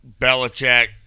Belichick